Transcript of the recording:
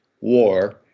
war